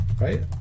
Right